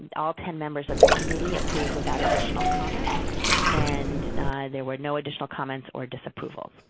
all ten members of the committee approved without additional comment and there were no additional comments or disapprovals.